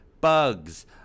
bugs